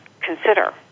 consider